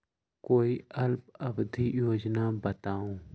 कोई अल्प अवधि योजना बताऊ?